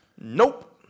Nope